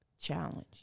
challenge